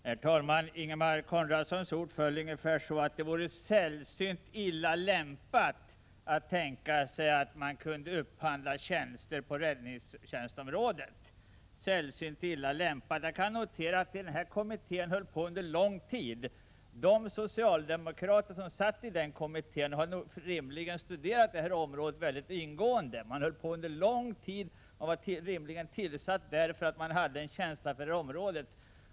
Herr talman! Ingemar Konradssons ord föll ungefär så här: Det vore sällsynt illa lämpat att tänka sig att man kunde upphandla tjänster på räddningstjänstområdet — sällsynt illa lämpat. Jag kan notera att kommittén arbetade under lång tid. De socialdemokrater som satt i den kommittén har rimligen studerat detta område mycket ingående. Rimligen hade dessa personer tillsatts, därför att de hade en känsla för området.